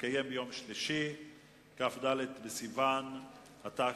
לדיון בהצעות החוק כדלקמן: ועדת העלייה,